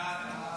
ההצעה להעביר